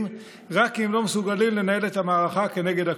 רק כי הם לא מסוגלים לנהל את המערכה כנגד הקורונה.